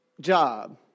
job